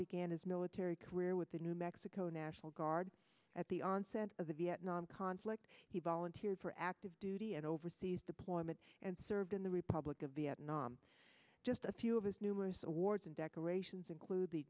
began his military career with the new mexico national guard at the onset of the vietnam conflict he volunteered for active duty and overseas deployment and served in the republic of vietnam just a few of his numerous awards and decorations include the